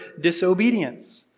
disobedience